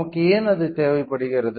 நமக்கு ஏன் அது தேவைப்படுகிறது